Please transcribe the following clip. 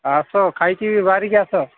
ଆସ ଖାଇକିରି ବାହାରିକି ଆସ